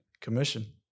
Commission